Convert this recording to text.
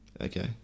Okay